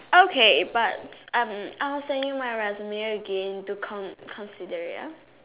okay but um I will send you my resume again to con~ to consider ya